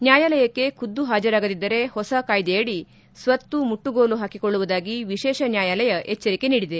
ನ್ಡಾಯಾಲಯಕ್ಕೆ ಖುದ್ದು ಹಾಜರಾಗದಿದ್ದರೆ ಹೊಸ ಕಾಯ್ದೆಯಡಿ ಸ್ವತ್ತು ಮುಟ್ಟುಗೋಲು ಹಾಕಿಕೊಳ್ಳುವುದಾಗಿ ವಿಶೇಷ ನ್ಲಾಯಾಲಯ ಎಚ್ಬರಿಕೆ ನೀಡಿದೆ